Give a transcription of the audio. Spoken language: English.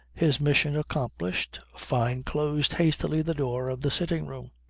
his mission accomplished, fyne closed hastily the door of the sitting-room.